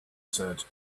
said